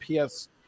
PS